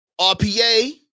RPA